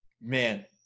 Man